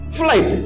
flight